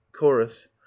chorus